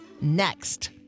next